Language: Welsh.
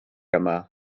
yma